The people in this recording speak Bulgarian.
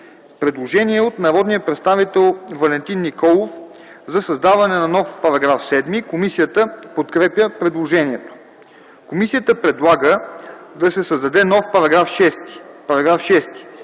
Предложение от народния представител Валентин Николов – да се създаде нов § 7. Комисията подкрепя предложението. Комисията предлага да се създаде нов § 6: „§ 6.